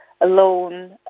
alone